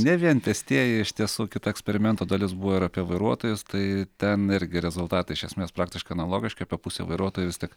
ne vien pėstieji iš tiesų kita eksperimento dalis buvo ir apie vairuotojus tai ten irgi rezultatai iš esmės praktiškai analogiški apie pusę vairuotojų vis tik